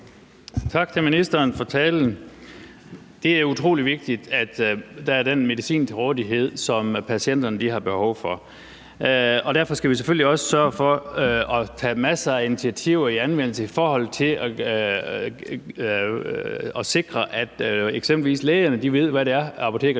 Tak til ministeren for talen. Det er utrolig vigtigt, at der er den medicin til rådighed, som patienterne har behov for. Derfor skal vi selvfølgelig også sørge for at tage masser af initiativer i anvendelse i forhold til at sikre, at eksempelvis lægerne ved, hvad apotekerne